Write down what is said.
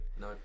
No